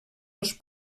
els